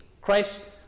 Christ